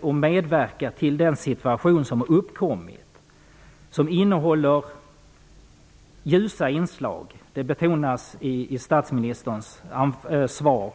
och medverkar till den situation som har uppkommit, som innehåller ljusa inslag, vilket betonas i statsministerns svar.